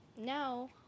now